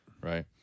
Right